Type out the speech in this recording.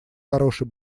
хороший